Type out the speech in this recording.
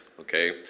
Okay